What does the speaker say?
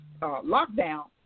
lockdown